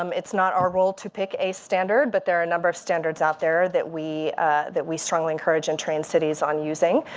um it's not our role to pick a standard. but there are a number of standards out there that we that we strongly encourage and train cities on using.